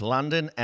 London